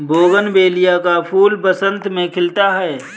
bougainvillea का फूल बसंत में खिलता है